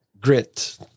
Grit